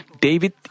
David